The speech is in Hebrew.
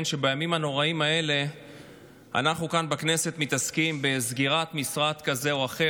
שבימים הנוראיים האלה אנחנו כאן בכנסת מתעסקים בסגירת משרד כזה או אחר.